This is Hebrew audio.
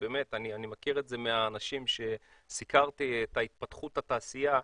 אני מכיר את זה מאנשים כשסיקרתי את התפתחות התעשייה,